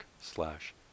slash